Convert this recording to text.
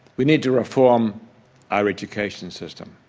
we need to reform our education system.